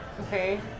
Okay